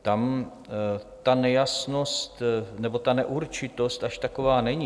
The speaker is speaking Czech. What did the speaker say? Tam ta nejasnost nebo ta neurčitost až taková není.